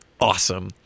awesome